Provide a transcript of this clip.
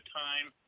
time